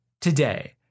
today